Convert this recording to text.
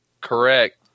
correct